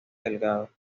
delgado